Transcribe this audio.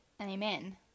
Amen